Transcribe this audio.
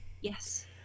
Yes